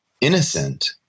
innocent